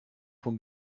von